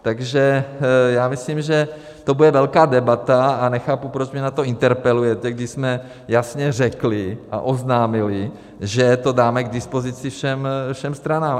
Takže já myslím, že to bude velká debata, a nechápu, proč mě na to interpelujete, když jsme jasně řekli a oznámili, že to dáme k dispozici všem stranám.